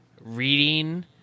reading